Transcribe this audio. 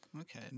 okay